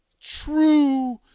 True